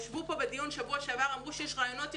בשבוע שעבר ישבו כאן בדיון ואמרו שיש רעיונות יצירתיים.